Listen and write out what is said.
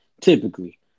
Typically